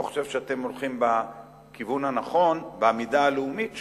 אני לא חושב שאתם הולכים בכיוון הנכון בעמידה הלאומית שלו.